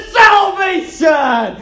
salvation